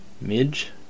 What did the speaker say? midge